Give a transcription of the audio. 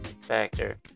factor